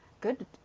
good